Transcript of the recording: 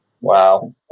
Wow